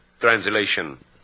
Translation